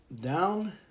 down